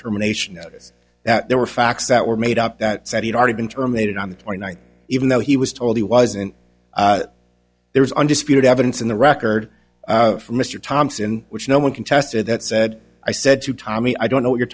termination notice that there were facts that were made up that said he'd already been terminated on the twenty ninth even though he was told he wasn't there was undisputed evidence in the record for mr thompson which no one contested that said i said to tommy i don't know what you're